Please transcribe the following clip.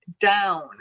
down